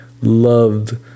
loved